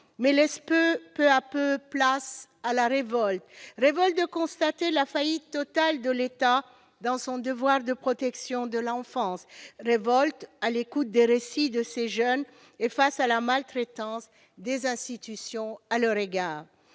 mais laisse peu à peu place à la révolte. Révolte de constater la faillite totale de l'État dans son devoir de protection de l'enfance. Révolte à l'écoute des récits de ces jeunes et face à la maltraitance des institutions à leur égard.